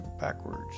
backwards